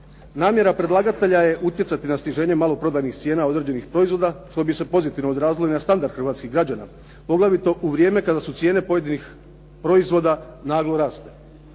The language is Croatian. Namjera predlagatelja je utjecati na sniženje maloprodajnih cijena određenih proizvoda što bi se pozitivno odrazilo i na standard hrvatskih građana, poglavito u vrijeme kada su cijene pojedinih proizvoda naglo rasle.